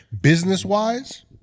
Business-wise